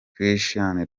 christian